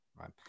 Right